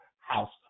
house